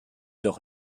doch